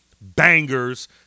bangers